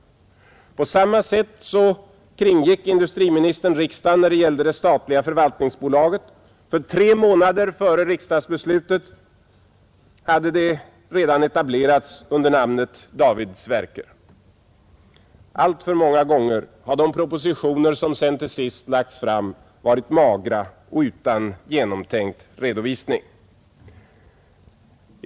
På samma sätt kringgick industriministern riksdagen när det gällde det statliga förvaltningsbolaget. Tre månader före riksdagsbeslutet hade det redan etablerats under namnet David Sverker. Alltför många gånger har de propositioner som sedan till sist lagts fram varit magra och utan genomtänkt redovisning.